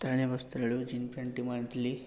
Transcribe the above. ତାରିଣୀ ବସ୍ତ୍ରାଳୟରୁ ଜିନ୍ପ୍ୟାଣ୍ଟ୍ଟି ମୁଁ ଆଣିଥିଲି